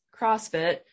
CrossFit